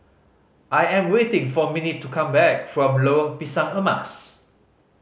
I am waiting for Minnie to come back from Lorong Pisang Emas